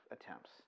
attempts